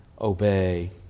obey